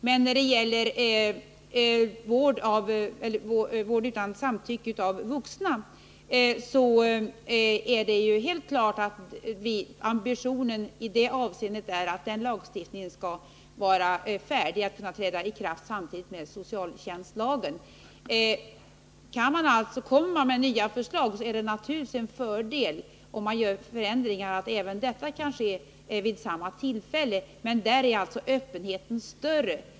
Men när det gäller vård utan samtycke av vuxna är det helt klart att ambitionen är att den lagstiftningen skall kunna träda i kraft samtidigt med socialtjänstlagen. Kommer man med förslag till förändringar av LVU är det naturligtvis en fördel om de kan genomföras vid samma tillfälle. Men där är öppenheten större.